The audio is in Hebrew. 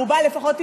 ברובה לפחות,